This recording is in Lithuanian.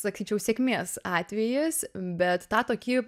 sakyčiau sėkmės atvejis bet tą tokį